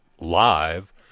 live